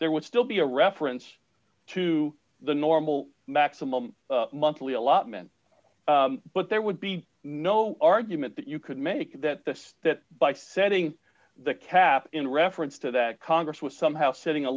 there would still be a reference to the normal maximum monthly allotment but there would be no argument that you could make that this that by setting the cap in reference to that congress was somehow setting a